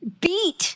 beat